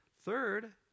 Third